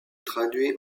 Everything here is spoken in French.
traduit